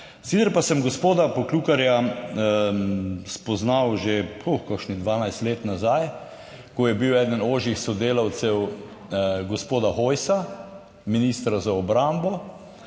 Sicer pa sem gospoda Poklukarja spoznal že po kakšnih 12 let nazaj, ko je bil eden ožjih sodelavcev gospoda Hojsa, ministra za obrambo,